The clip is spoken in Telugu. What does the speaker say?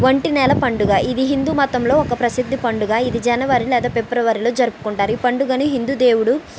వంటి నెల పండుగ ఇది హిందు మతంలో ఒక ప్రసిద్ధ పండుగ ఇది జనవరి లేదా ఫిబ్రవరిలో జరుపుకుంటారు ఈ పండుగను హిందు దేవుడు